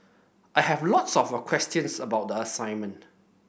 I have lots of a questions about the assignment